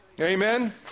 Amen